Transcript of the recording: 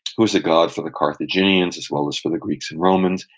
who is a god for the carthaginians as well as for the greeks and romans,